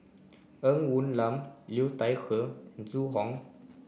Ng Woon Lam Liu Thai Ker and Zhu Hong